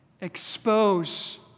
expose